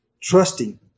trusting